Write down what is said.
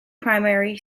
primary